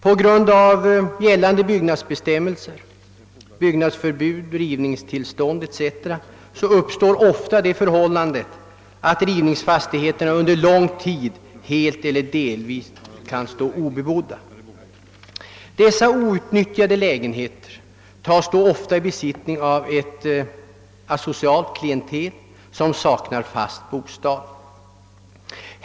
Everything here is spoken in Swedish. På grund av gällande bestämmelser om byggnadsförbud och rivningstillstånd etc. uppkommer ofta det förhållandet att rivningsfastigheterna under lång tid helt eller delvis kan stå obebodda. Dessa outnyttjade lägenheter tas inte sällan i besittning av ett asocialt klientel, som saknar fast bostad.